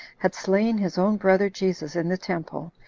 had slain his own brother jesus in the temple,